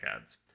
ads